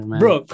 bro